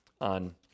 on